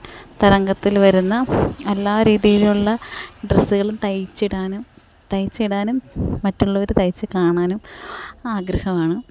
തരംഗത്തില് വരുന്ന എല്ലാ രീതിയിലുള്ള ഡ്രസ്സുകളും തയിച്ചിടാനും തയിച്ചിടാനും മറ്റുള്ളവർ തയിച്ച് കാണാനും ആഗ്രഹവമാണ്